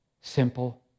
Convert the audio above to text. simple